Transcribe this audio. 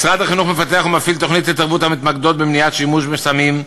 משרד החינוך מפתח ומפעיל תוכניות התערבות המתמקדות במניעת שימוש בסמים,